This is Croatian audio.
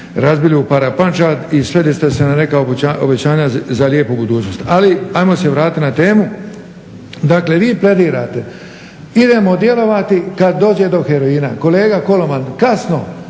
razbili u param pačad i sveli ste na neka obećanja za lijepu budućnost. Ali ajmo se vratiti na temu. Dakle, vi …/Govornik se ne razumije./… idemo djelovati kad dođe do heroina. Kolega Koloman kasno,